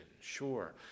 Sure